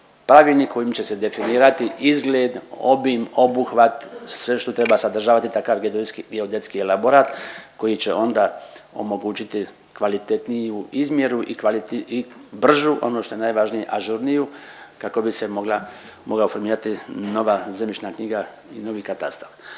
pravilnik kojim će se definirati izgled, obim, obuhvat, sve što treba sadržavati takav geodetski elaborat koji će onda omogućiti kvalitetniju izmjeru i bržu, ono što je najvažnije ažurniju kako bi se mogao formirati nova zemljišna knjiga i novi katastar.